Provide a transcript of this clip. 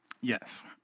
Yes